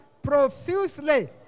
profusely